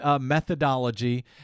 methodology